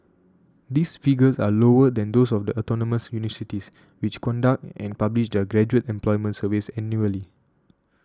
these figures are lower than those of the autonomous universities which conduct and publish their graduate employment surveys annually